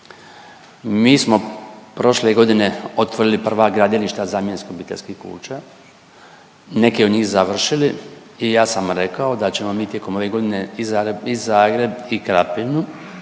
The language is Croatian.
Mi smo prošle godine otvorili prva gradilišta zamjenskih obiteljskih kuća, neke od njih završili i ja sam rekao da ćemo mi tijekom ove godine i Zagreb i Krapinu